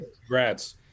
Congrats